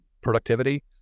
productivity